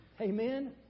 Amen